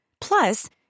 Plus